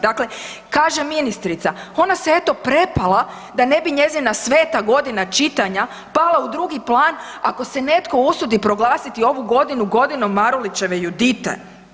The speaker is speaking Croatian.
Dakle, kaže ministrica, ona se eto prepala da ne bi njezina svega godina čitanja pala u drugi plan ako se netko usudi proglasiti ovu godinu, godinu Marulićeve „Judite“